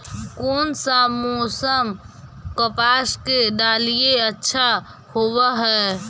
कोन सा मोसम कपास के डालीय अच्छा होबहय?